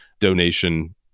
donation